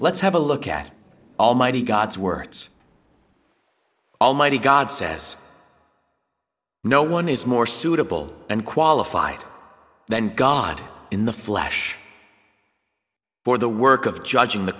let's have a look at almighty god's words almighty god says no one is more suitable and qualified than god in the flesh for the work of judging the